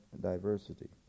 diversity